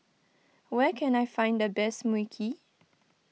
where can I find the best Mui Kee